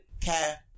care